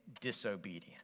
disobedience